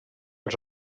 els